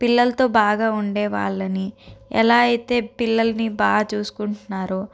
పిల్లలతో బాగా ఉండే వాళ్ళని ఎలా అయితే పిల్లల్ని బాగా చూసుకుంటున్నారో